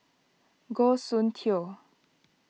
Goh Soon Tioe